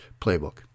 playbook